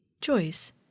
choice